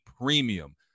premium